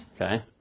okay